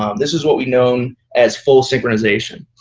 um this is what we've known as full synchronization.